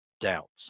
doubts